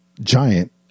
giant